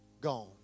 Gone